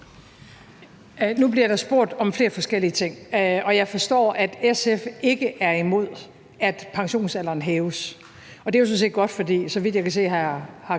Nu bliver der spurgt om flere forskellige ting. Jeg forstår, at SF ikke er imod, at pensionsalderen hæves, og det er sådan set godt, for så vidt jeg kan se, har